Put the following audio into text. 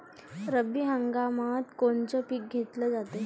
रब्बी हंगामात कोनचं पिक घेतलं जाते?